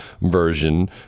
version